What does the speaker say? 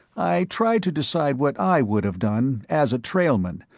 i tried to decide what i would have done, as a trailman,